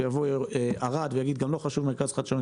תבוא ערד ותגיד שגם לה חשוב מרכז חדשנות,